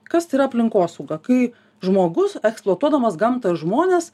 kas tai yra aplinkosauga kai žmogus eksploatuodamas gamtą žmones